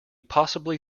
possibly